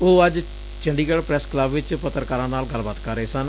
ਉਹ ਅੱਜ Chandigarh press club ਵਿਚ ਪੱਤਰਕਾਰਾਂ ਨਾਲ ਗੱਲਬਾਤ ਕਰ ਰਹੇ ਸਨ